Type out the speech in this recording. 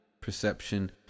perception